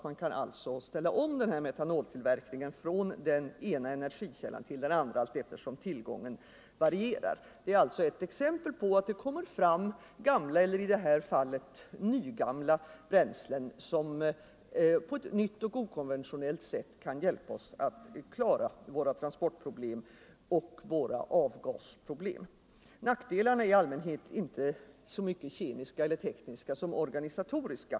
Man kan alltså ställa om metanoltillverkningen från den ena energikällan till den andra allteftersom tillgången varierar. Detta är ett exempel på att det kommer fram gamla — eller i det här fallet nygamla — bränslen, som på ett nytt och okonventionellt sätt kan hjälpa oss att klara våra transportproblem och våra avgasproblem. Nackdelarna är i allmänhet inte så mycket kemiska eller tekniska som organisatoriska.